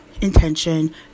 intention